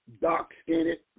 dark-skinned